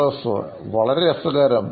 professor വളരെ രസകരം